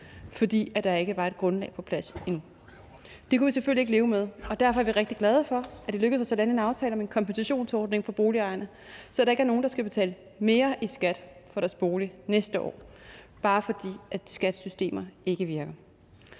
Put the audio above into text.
fordi der ikke var et grundlag på plads endnu. Det kunne vi selvfølgelig ikke leve med, og derfor er vi rigtig glade for, at det er lykkedes os at lande en aftale om en kompensationsordning for boligejerne, så der ikke er nogen, der skal betale mere i skat for deres bolig næste år, bare fordi Skattestyrelsens systemer ikke virker.